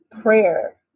prayer